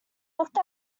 looked